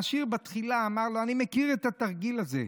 העשיר בתחילה אמר לו: אני מכיר את התרגיל הזה,